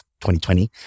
2020